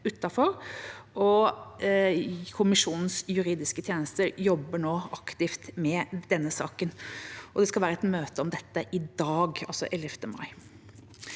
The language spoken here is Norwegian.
EUkommisjonens juridiske tjenester jobber nå aktivt med denne saken, og det skal være et møte om dette i dag, altså